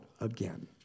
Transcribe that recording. again